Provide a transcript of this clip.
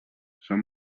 són